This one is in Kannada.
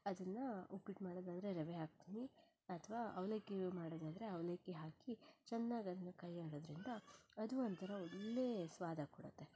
ಅದನ್ನು ಉಪ್ಪಿಟ್ಟು ಮಾಡೋದಾದರೆ ರವೆ ಹಾಕ್ತೀನಿ ಅಥವಾ ಅವಲಕ್ಕಿ ಮಾಡೋದಾದರೆ ಅವಲಕ್ಕಿ ಹಾಕಿ ಚೆನ್ನಾಗಿ ಅದನ್ನು ಕೈ ಆಡೋದರಿಂದ ಅದು ಒಂಥರ ಒಳ್ಳೆಯ ಸ್ವಾದ ಕೊಡುತ್ತೆ